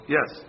Yes